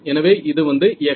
எனவே இது வந்து x